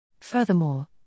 Furthermore